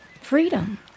Freedom